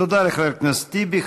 תודה לחבר הכנסת טיבי.